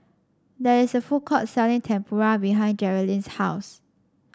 there is a food court selling Tempura behind Jerilynn's house